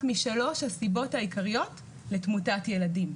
משלוש הסיבות העיקריות לתמותת ילדים.